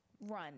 run